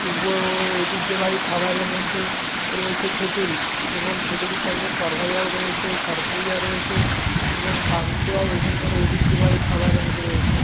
ঐতিহ্যবাহী খাবারের মধ্যে রয়েছে খিচুড়ি এবং খিচুড়ির সঙ্গে সরভাজাও রয়েছে সরপুরিয়া রয়েছে এবং পান্তুয়াও এখানকার ঐতিহ্যবাহী খাবারের মধ্যে রয়েছে